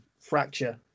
Fracture